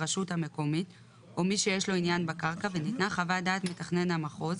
הרשות המקומית או מי שיש לו עניין בקרקע וניתנה חוות דעת מתכנן המחוז